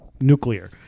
nuclear